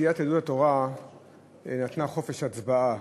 סיעת יהדות התורה נתנה חופש הצבעה